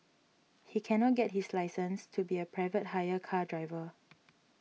he can not get his license to be a private hire car driver